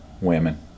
women